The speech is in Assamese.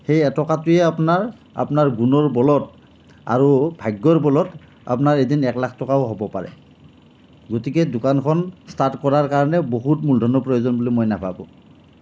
সেই এটকাটোৱে আপোনাৰ আপোনাৰ গুণৰ বলত আৰু ভাগ্যৰ বলত আপোনাৰ এদিন একলাখ টকাও হ'ব পাৰে গতিকে দোকানখন ষ্টাৰ্ট কৰাৰ কাৰণে বহুত মূলধনৰ প্ৰয়োজন বুলি মই নাভাবোঁ